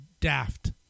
daft